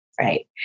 Right